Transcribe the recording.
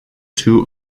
two